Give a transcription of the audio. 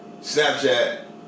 Snapchat